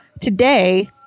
today